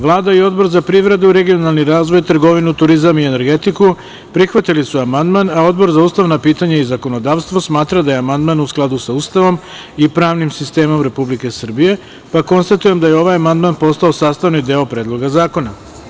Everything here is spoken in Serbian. Vlada i Odbor za privredu, regionalni razvoj, trgovinu, turizam i energetiku prihvatili su amandman, a Odbor za ustavna pitanja i zakonodavstvo smatra da je amandman u skladu sa Ustavom i pravnim sistemom Republike Srbije, pa konstatujem da je ovaj amandman postao sastavni deo Predloga zakona.